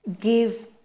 give